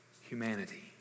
humanity